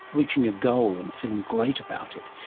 reaching a goal and feeling great about it,